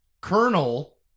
Colonel